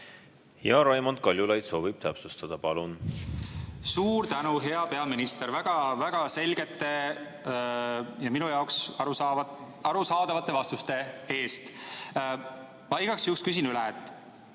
Raimond Kaljulaid soovib täpsustada. Palun! Suur tänu, hea peaminister, väga selgete ja minu jaoks arusaadavate vastuste eest! Ma igaks juhuks küsin üle, kas